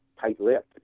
tight-lipped